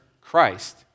Christ